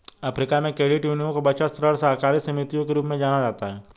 Africa में, credit यूनियनों को बचत, ऋण सहकारी समितियों के रूप में जाना जाता है